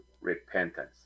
repentance